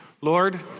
Lord